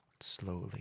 slowly